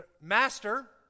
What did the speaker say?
Master